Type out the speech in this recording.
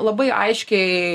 labai aiškiai